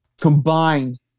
combined